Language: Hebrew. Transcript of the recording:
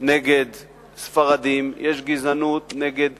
נגד ספרדים, יש גזענות נגד